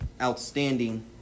outstanding